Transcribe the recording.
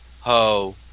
ho